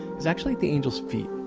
is actually the angels' feet.